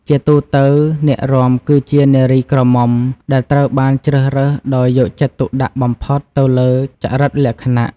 ជាទូទៅ អ្នករាំគឺជា នារីក្រមុំ ដែលត្រូវបានជ្រើសរើសដោយយកចិត្តទុកដាក់បំផុតទៅលើចរិតលក្ខណៈ។